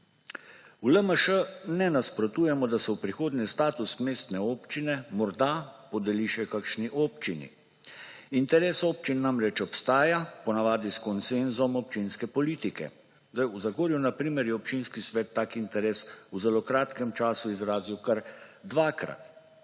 V LMŠ ne nasprotujemo, da se v prihodnje status mestne občine morda podeli še kakšni občini. Interes občin namreč obstaja, po navadi s konsenzom občinske politike. V Zagorju, na primer, je občinski svet tak interes v zelo kratkem času izrazil kar dvakrat,